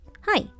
Hi